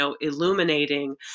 illuminating